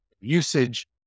usage